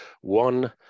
One